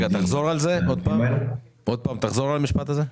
תחזור על המשפט הזה,